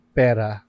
pera